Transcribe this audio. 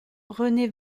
rené